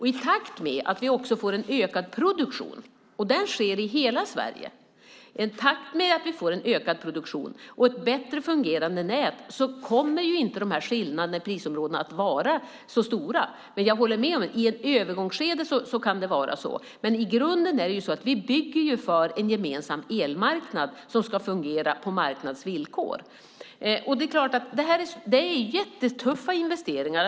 I takt med att vi också får en ökad produktion - denna sker i hela Sverige - och ett bättre fungerande nät kommer skillnaderna mellan prisområdena inte längre att vara så stora. Men jag håller med om att det i ett övergångsskede kan vara så. I grunden bygger vi för en gemensam elmarknad som ska fungera på marknadens villkor. Det är jättetuffa investeringar.